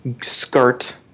skirt